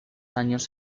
años